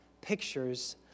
pictures